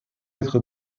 être